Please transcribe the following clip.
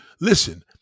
listen